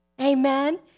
Amen